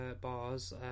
bars